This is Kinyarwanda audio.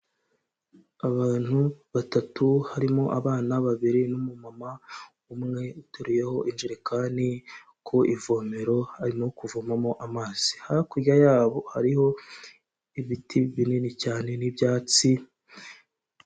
Abantu batatu harimo abana babiri n'umumama umwe uteruyeho injerekani ku ivomero, arimo kuvomamo amazi, hakurya yabo hariho ibiti binini cyane n'ibyatsi.